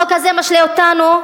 החוק הזה משלה אותנו,